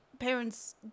parents